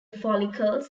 follicles